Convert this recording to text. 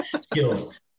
skills